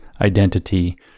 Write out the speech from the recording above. identity